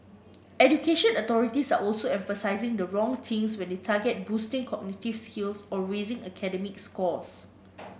education authorities are also emphasising the wrong things when they target boosting cognitive skills or raising academic scores